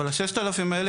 אבל ה-6,000 האלה,